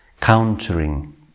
countering